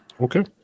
Okay